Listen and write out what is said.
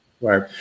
Right